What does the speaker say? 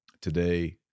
today